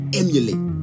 emulate